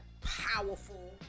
powerful